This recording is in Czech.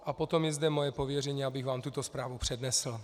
A potom je zde moje pověření, abych vám tuto zprávu přednesl.